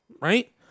Right